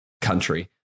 country